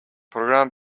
программ